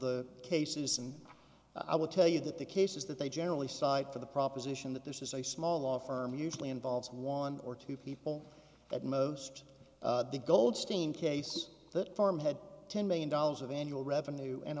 the cases and i will tell you that the cases that they generally cite for the proposition that this is a small law firm usually involves one or two people at most the goldstein case that farm had ten million dollars of annual revenue and